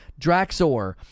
Draxor